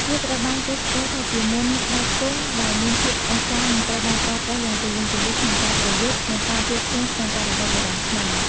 វាត្រូវបានគេស្គាល់ថាជាមន្តស្បែកគង់ដែលមានភាពអស្ចារ្យ និងត្រូវបានប្រើប្រាស់យ៉ាងទូលំទូលាយក្នុងការប្រយុទ្ធ និងការពារខ្លួនក្នុងបរិបទបុរាណខ្មែរ។